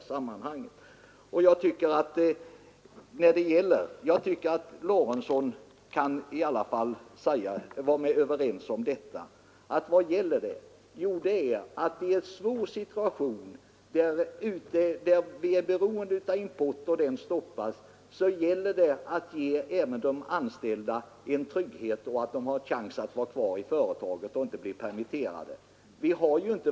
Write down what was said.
Jag tycker att herr Lorentzon i alla fall kan hålla med om att vad det nu gäller är att i en svår situation, där vi är beroende av import och den stoppas, ge de anställda trygghet och möjlighet att vara kvar i företagen i stället för att permitteras.